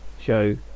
show